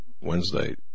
Wednesday